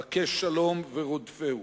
בקש שלום ורודפהו.